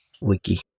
Wiki